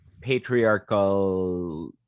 patriarchal